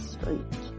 Street